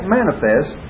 manifest